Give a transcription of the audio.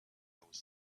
was